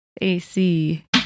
AC